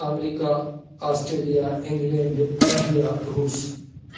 America Australia England India Russia